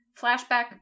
Flashback